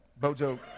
Bojo